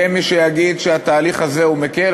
יהיה מי שיגיד שהתהליך הזה מקל,